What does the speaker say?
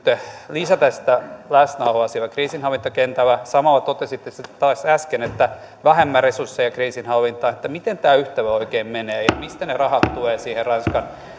lisätä läsnäoloa kriisinhallintakentällä ja samalla totesitte taas äsken että vähemmän resursseja kriisinhallintaan miten tämä yhtälö oikein menee ja mistä ne rahat tulevat siihen ranskan